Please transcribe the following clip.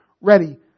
ready